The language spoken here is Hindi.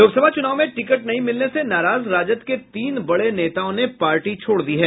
लोकसभा चुनाव में टिकट नहीं मिलने से नाराज राजद के तीन बड़े नेताओं ने पार्टी छोड़ दी है